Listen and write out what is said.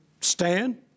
stand